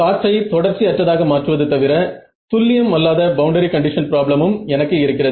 காற்றை தொடர்ச்சி அற்றதாக மாற்றுவது தவிர துல்லியம் அல்லாத பவுண்டரி கண்டிஷன் பிராப்ளமும் எனக்கு இருக்கிறது